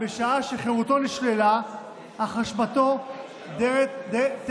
בשעה שחירותו נשללה אך אשמתו טרם